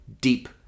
deep